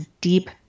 deep